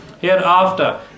hereafter